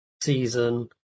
season